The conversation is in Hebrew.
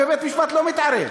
ובית-המשפט לא מתערב,